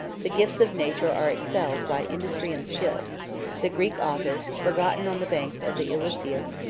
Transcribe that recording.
the gifts of nature are excelled by industry and skill the greek authors, forgotten on the banks of the ilissus,